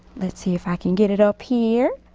lets see if i can get it up here.